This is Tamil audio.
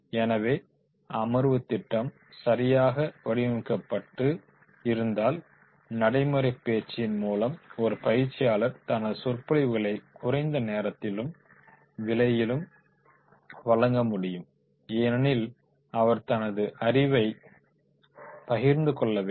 எனவே அமர்வுத்திட்டம் சரியாக வடிவமைக்கப்பட்டு இருந்தால் நடைமுறைப்பேச்சின் மூலம் ஒரு பயிற்சியாளர் தனது சொற்பொழிவுகளை குறைந்த நேரத்திலும் விலையிலும் வழங்க முடியும் ஏனெனில் அவர் தனது அறிவைப் பகிர்ந்து கொள்ள வேண்டும்